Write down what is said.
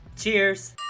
Cheers